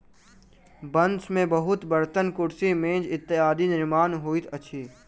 बांस से बहुत बर्तन, कुर्सी, मेज इत्यादिक निर्माण होइत अछि